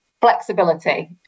flexibility